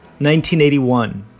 1981